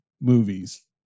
movies